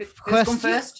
Question